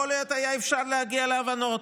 יכול להיות שאפשר היה להגיע להבנות